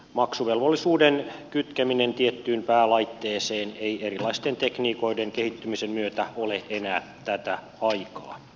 maksuvelvollisuuden kytkeminen tiettyyn päälaitteeseen ei erilaisten tekniikoiden kehittymisen myötä ole enää tätä aikaa